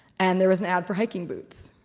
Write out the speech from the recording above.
and there was an ad for hiking boots.